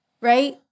right